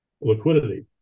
Liquidity